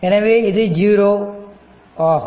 எனவே இது 0 ஆகும்